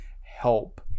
help